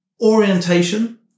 orientation